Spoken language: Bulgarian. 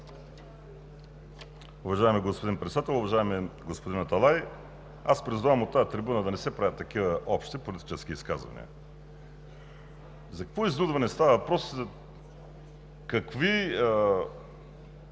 Уважаеми господин Председател! Уважаеми господин Аталай, аз призовавам от тази трибуна да не се правят такива общи политически изказвания. За какво изнудване става въпрос, за какви